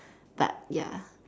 but ya